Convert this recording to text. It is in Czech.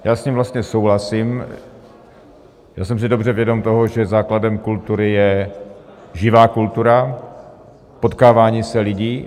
Já s ním vlastně souhlasím a jsem si dobře vědom toho, že základem kultury je živá kultura, potkávání se lidí.